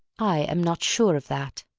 i am not sure of that!